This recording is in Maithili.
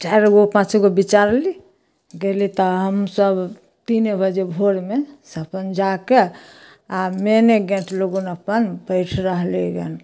चारिगो पाँचगो बिचारली गेली तऽ हमसभ तीने बजे भोरमे से अपन जाकऽ आओर मेने गेट लग अपन बैठ रहली गन